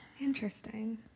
interesting